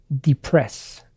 depress